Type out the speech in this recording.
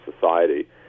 society